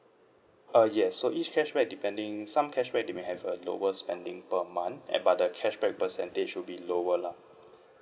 uh yes so each cashback depending some cashback they may have a lower spending per month eh but the cashback percentage will be lower lah